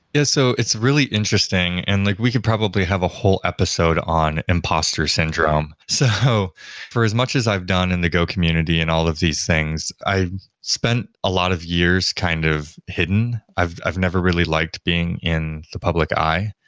yeah. so it's really interesting and like we could probably have a whole episode on impostor syndrome. so for for as much as i've done in the go community and all of these things, i spent a lot of years kind of hidden. i've i've never really liked being in the public eye.